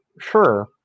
sure